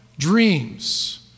Dreams